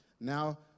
now